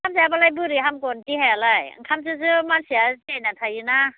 ओंखाम जायाबालाय बोरै हामगोन देहायालाय ओंखामजोंसो मानसिया जियायनानै थायोना